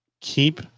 keep